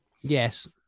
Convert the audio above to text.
yes